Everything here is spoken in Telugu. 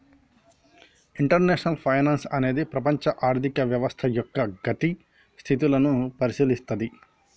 ఇంటర్నేషనల్ ఫైనాన్సు అనేది ప్రపంచ ఆర్థిక వ్యవస్థ యొక్క గతి స్థితులను పరిశీలిత్తది